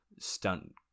stunt